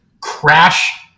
crash